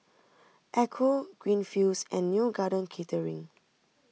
Ecco Greenfields and Neo Garden Catering